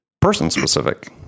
person-specific